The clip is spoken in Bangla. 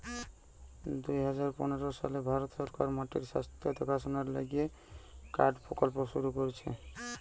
দুই হাজার পনের সালে ভারত সরকার মাটির স্বাস্থ্য দেখাশোনার লিগে কার্ড প্রকল্প শুরু করতিছে